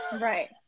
Right